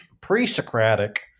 pre-Socratic